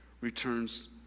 returns